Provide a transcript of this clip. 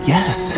Yes